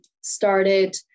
started